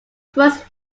first